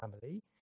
family